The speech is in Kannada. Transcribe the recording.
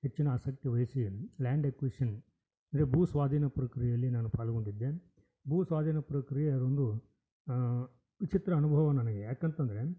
ಹೆಚ್ಚಿನ ಆಸಕ್ತಿ ವಹಿಸಿ ಲ್ಯಾಂಡ್ ಎಕ್ವೀಷನ್ ಅಂದ್ರೆ ಭೂ ಸ್ವಾಧೀನ ಪ್ರಕ್ರಿಯೆಯಲ್ಲಿ ನಾನು ಪಾಲ್ಗೊಂಡಿದ್ದೆ ಭೂ ಸ್ವಾಧೀನ ಪ್ರಕ್ರಿಯೆ ಅದೊಂದು ವಿಚಿತ್ರ ಅನುಭವ ನನಗೆ ಯಾಕಂತಂದರೆ